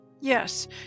Yes